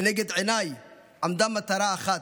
לנגד עיניי עמדה מטרה אחת: